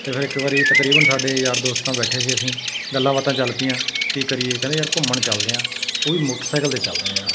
ਅਤੇ ਫਿਰ ਇੱਕ ਵਾਰੀ ਤਕਰੀਬਨ ਸਾਡੇ ਯਾਰ ਦੋਸਤਾਂ ਬੈਠੇ ਸੀ ਅਸੀਂ ਗੱਲਾਂ ਬਾਤਾਂ ਚੱਲ ਪਈਆਂ ਕੀ ਕਰੀਏ ਕਹਿੰਦੇ ਯਾਰ ਘੁੰਮਣ ਚਲਦੇ ਹਾਂ ਉਹ ਵੀ ਮੋਟਰਸਾਈਕਲ 'ਤੇ ਚਲਦੇ ਹਾਂ ਯਾਰ